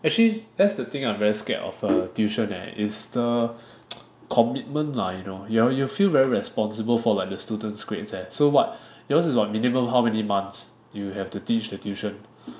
actually that's the thing I'm very scared of a tuition eh is the commitment lah you know you you feel very responsible for like the students' grades eh so what yours is err minimum how many months you have to teach the tuition